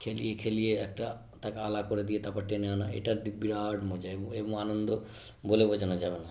খেলিয়ে খেলিয়ে একটা তাকে আলা করে দিয়ে তারপর টেনে আনা এটা বিরাট মজা এরকম আনন্দ বলে বোঝানো যাবে না